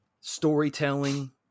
Storytelling